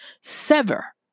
sever